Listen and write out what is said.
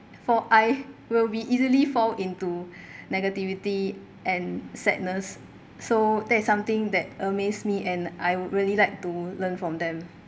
for I will be easily fall into negativity and sadness so that is something that amazed me and I would really like to learn from them